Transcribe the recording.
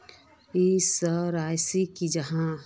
Insurance की जाहा?